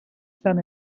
son